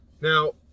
Now